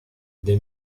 the